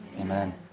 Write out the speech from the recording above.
Amen